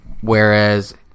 whereas